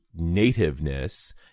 nativeness